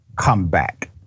comeback